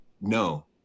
No